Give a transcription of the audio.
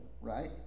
right